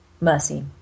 mercy